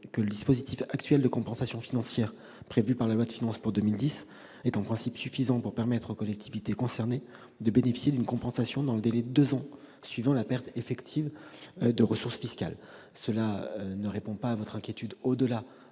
le dispositif actuel de compensation financière prévu par la loi de finances pour 2010 est en principe suffisant pour permettre aux collectivités concernées de bénéficier d'une compensation dans le délai de deux ans suivant la perte effective de ressources fiscales. Cela ne répond pas, monsieur Guené, à votre inquiétude au-delà